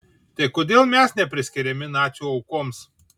tai kodėl mes nepriskiriami nacių aukoms